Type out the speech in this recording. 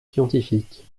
scientifiques